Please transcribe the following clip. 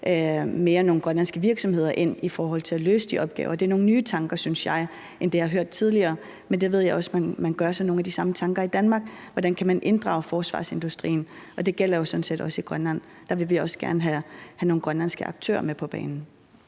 tænke nogle grønlandske virksomheder ind i forhold til at løse de opgaver, og det er nogle nye tanker, synes jeg, i forhold til det, jeg har hørt tidligere. Men jeg ved også, at man gør sig nogle af de samme tanker i Danmark, altså hvordan man kan inddrage forsvarsindustrien. Og det gælder jo sådan set også i Grønland. Der vil vi også gerne have nogle grønlandske aktører med på banen.